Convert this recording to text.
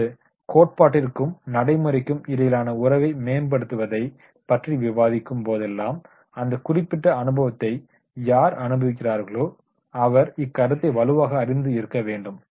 இப்போது கோட்பாட்டிற்கும் நடைமுறைக்கும் இடையிலான உறவை மேம்படுத்துவதை பற்றி விவாதிக்கும் போதெல்லாம் அந்த குறிப்பிட்ட அனுபவத்தை யார் அனுபவிக்கிறார்களோ அவர் இக்கருத்தை வலுவாக அறிந்து இருக்க வேண்டும்